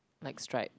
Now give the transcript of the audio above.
like striped